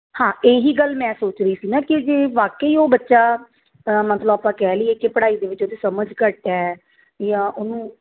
ਹਾਂ ਇਹ ਹੀ ਗੱਲ ਮੈਂ ਸੋਚ ਰਹੀ ਸੀ ਨਾ ਕਿ ਜੇ ਵਾਕਿਆ ਹੀ ਉਹ ਬੱਚਾ ਮਤਲਬ ਆਪਾਂ ਕਹਿ ਲਈਏ ਕਿ ਪੜ੍ਹਾਈ ਦੇ ਵਿੱਚ ਉਹਦੀ ਸਮਝ ਘੱਟ ਹੈ ਜਾਂ ਉਹਨੂੰ